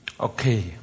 Okay